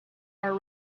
are